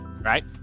Right